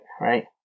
right